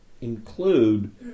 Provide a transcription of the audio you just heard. include